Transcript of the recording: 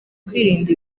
kwirinda